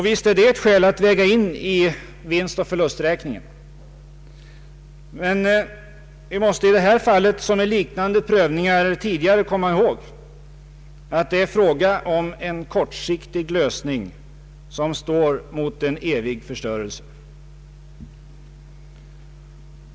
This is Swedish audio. Visst är det ett skäl att väga in i vinstoch förlusträkningen, men vi måste i det här fallet som vid liknande prövningar tidigare komma ihåg att det är fråga om en kortsiktig lösning, som står mot en evig förstörelse.